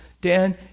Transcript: Dan